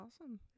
awesome